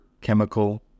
chemical